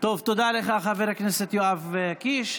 טוב, תודה לך, חבר הכנסת יואב קיש.